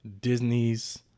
Disney's